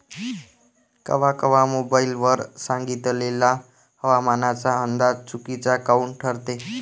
कवा कवा मोबाईल वर सांगितलेला हवामानाचा अंदाज चुकीचा काऊन ठरते?